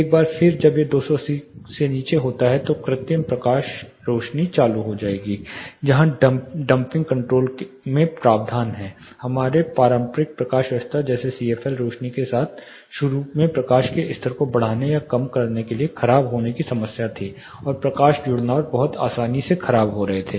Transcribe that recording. एक बार जब यह 280 से नीचे होता है तो कृत्रिम रोशनी चालू की जाएगी जहां डंपिंग कंट्रोल में प्रावधान है हमारे पारंपरिक प्रकाश व्यवस्था जैसे सीएफएल रोशनी के साथ शुरू में प्रकाश के स्तर को बढ़ाने या कम करने के लिए खराब होने की समस्या थी और प्रकाश जुड़नार बहुत आसानी से खराब हो रहे थे